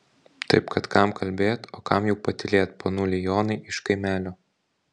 taip kad kam kalbėt o kam jau patylėt ponuli jonai iš kaimelio